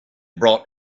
brought